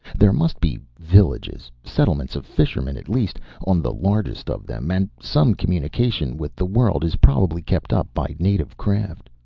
there must be villages settlements of fishermen at least on the largest of them, and some communication with the world is probably kept up by native craft.